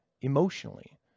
emotionally